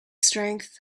strength